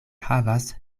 havas